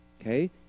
Okay